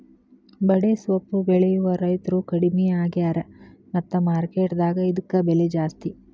ಬಡೆಸ್ವಪ್ಪು ಬೆಳೆಯುವ ರೈತ್ರು ಕಡ್ಮಿ ಆಗ್ಯಾರ ಮತ್ತ ಮಾರ್ಕೆಟ್ ದಾಗ ಇದ್ಕ ಬೆಲೆ ಜಾಸ್ತಿ